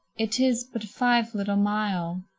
it is but five little mile.